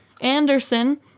Anderson